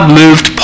moved